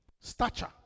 Stature